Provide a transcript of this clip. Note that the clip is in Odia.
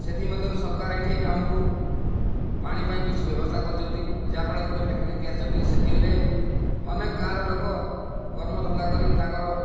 ସେଥିମଧ୍ୟରୁ ସରକାର ଏଇଠି ଆମକୁ ପାଣି ପାଇଁ କିଛି ବ୍ୟବସ୍ଥା କରିଛନ୍ତି ଯାହା ଫଳରେ ଗୋଟିଏ ଫ୍ୟାକ୍ଟ୍ରି ତିଆରିଛନ୍ତି ସେତିକିରେ ଅନେକ ଗାଁର ଲୋକ କର୍ମ ଧନ୍ଦା କରି ତାଙ୍କର